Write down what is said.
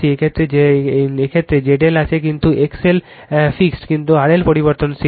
এই ক্ষেত্রে এই ক্ষেত্রে ZL আছে যেখানে XL ফিক্সড কিন্তু RL পরিবর্তনশীল